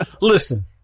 listen